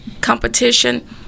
competition